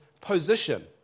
position